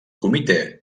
comitè